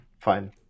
fine